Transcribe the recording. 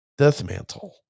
Deathmantle